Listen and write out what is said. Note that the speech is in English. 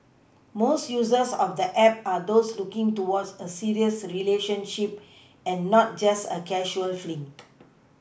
most users of the app are those looking towards a serious relationship and not just a casual fling